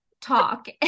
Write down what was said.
talk